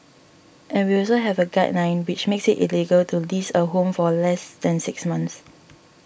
and we also have a guideline which makes it illegal to lease a home for less than six months